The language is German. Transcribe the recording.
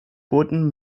booten